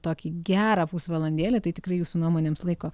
tokį gerą pusvalandėlį tai tikrai jūsų nuomonėms laiko